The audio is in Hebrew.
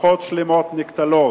משפחות שלמות נקטלות,